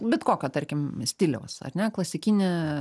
bet kokio tarkim stiliaus ar ne klasikinė